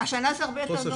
השנה זה הרבה יותר.